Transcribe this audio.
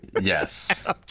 Yes